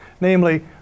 namely